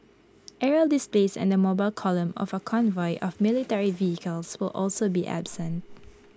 aerial displays and the mobile column of A convoy of military vehicles will also be absent